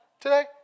today